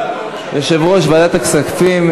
יושב-ראש ועדת הכספים,